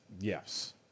Yes